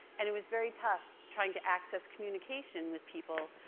and it was very tough trying to access communication with people.